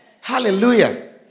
Hallelujah